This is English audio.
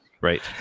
right